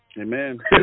Amen